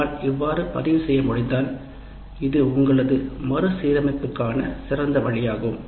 உங்களால் இவ்வாறு பதிவு செய்ய முடிந்தால் இது உங்களது மறுசீரமைப்பிற்கான சிறந்த வழியாகும்